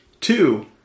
Two